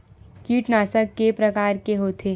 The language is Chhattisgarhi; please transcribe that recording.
कीटनाशक के प्रकार के होथे?